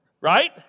Right